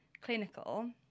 clinical